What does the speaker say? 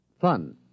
Fun